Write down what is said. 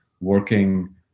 working